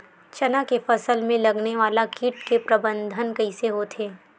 चना के फसल में लगने वाला कीट के प्रबंधन कइसे होथे?